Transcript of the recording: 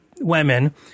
women